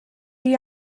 rhy